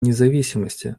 независимости